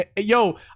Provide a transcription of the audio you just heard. Yo